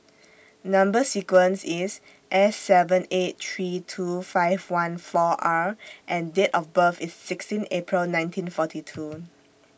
Number sequence IS S seven eight three two five one four R and Date of birth IS sixteen April nineteen forty two